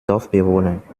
dorfbewohner